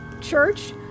church